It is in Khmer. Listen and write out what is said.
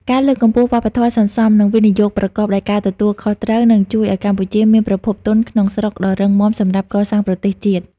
ការលើកកម្ពស់វប្បធម៌សន្សំ និងវិនិយោគប្រកបដោយការទទួលខុសត្រូវ នឹងជួយឱ្យកម្ពុជាមានប្រភពទុនក្នុងស្រុកដ៏រឹងមាំសម្រាប់កសាងប្រទេសជាតិ។